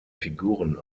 figuren